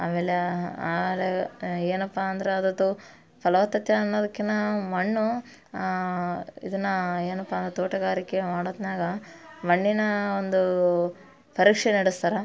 ಆಮೇಲೆ ಆಮೇಲೆ ಏನಪ್ಪ ಅಂದ್ರೆ ಅದತೋ ಫಲವತ್ತತೆ ಅನ್ನೋದಿಕ್ಕಿಂತ ಮಣ್ಣು ಇದನ್ನು ಏನಪ್ಪ ಅಂದ್ರೆ ತೋಟಗಾರಿಕೆ ಮಾಡೊತ್ನ್ಯಾಗ ಮಣ್ಣಿನ ಒಂದು ಪರೀಕ್ಷೆ ನಡೆಸ್ತಾರೆ